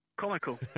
comical